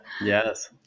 Yes